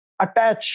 attach